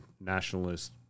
nationalist